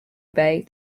obey